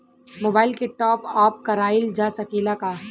Mobile के top आप कराइल जा सकेला का?